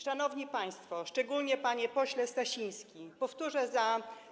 Szanowni państwo, szczególnie panie pośle Stasiński, powtórzę za kard.